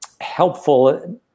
helpful